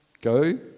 go